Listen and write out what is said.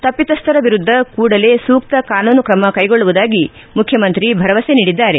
ತಪ್ಪತಸ್ಥರ ವಿರುದ್ದ ಕೂಡಲೇ ಸೂಕ್ತ ಕಾನೂನು ಕ್ರಮ ಕೈಗೊಳ್ಳುವುದಾಗಿ ಮುಖ್ಯಮಂತ್ರಿ ಭರವಸೆ ನೀಡಿದ್ದಾರೆ